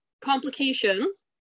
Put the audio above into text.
complications